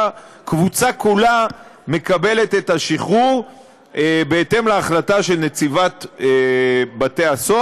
והקבוצה הזאת כולה מקבלת את השחרור בהתאם להחלטה של נציבות בתי-הסוהר,